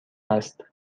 است